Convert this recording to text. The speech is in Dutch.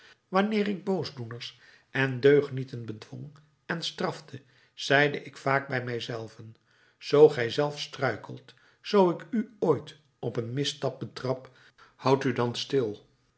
wanneer ik boosdoeners en deugnieten bedwong en strafte zeide ik vaak bij mijzelven zoo gij zelf struikelt zoo ik u ooit op een misstap betrap houdt u dan stil